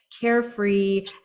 carefree